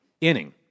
inning